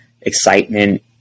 excitement